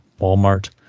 Walmart